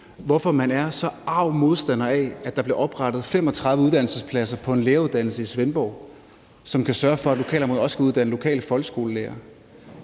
hvorfor man er så arg modstander af, at der bliver oprettet 35 uddannelsespladser på en læreruddannelse i Svendborg, som kan sørge for, at lokalområdet også kan uddanne lokale folkeskolelærere,